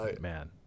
man